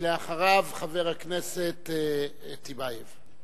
ואחריו, חבר הכנסת טיבייב.